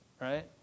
right